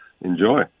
enjoy